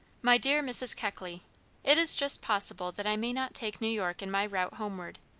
my dear mrs. keckley it is just possible that i may not take new york in my route homeward.